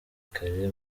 kare